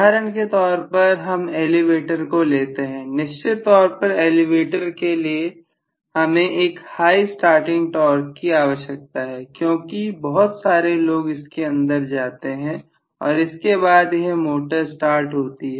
उदाहरण के तौर पर हम एलिवेटर को लेते हैं निश्चित तौर पर एलिवेटर के लिए हमें एक हाई स्टार्टिंग टॉर्क की आवश्यकता है क्योंकि बहुत सारे लोग इसके अंदर जाते हैं और इसके बाद यह मोटर स्टार्ट होती है